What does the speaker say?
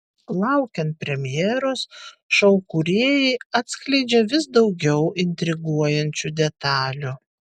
laukiant premjeros šou kūrėjai atskleidžia vis daugiau intriguojančių detalių